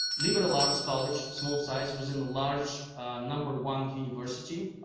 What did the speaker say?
liberal arts college, small size, was in the large number one university.